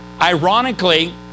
ironically